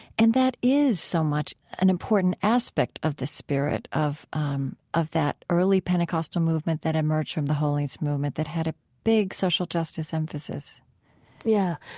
and that is so much an important aspect of the spirit of um of that early pentecostal movement that emerged from the holiness movement that had big social justice emphasis yeah,